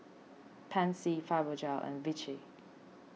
Pansy Fibogel and Vichy